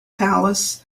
palace